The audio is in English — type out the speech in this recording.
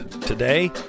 today